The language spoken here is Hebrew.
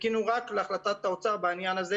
חיכינו רק להחלטת האוצר בעניין הזה